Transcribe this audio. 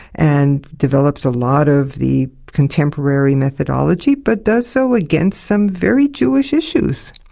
and develops a lot of the contemporary methodology, but does so against some very jewish issues.